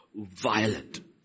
violent